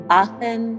often